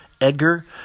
Edgar